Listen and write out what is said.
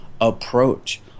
approach